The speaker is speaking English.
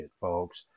folks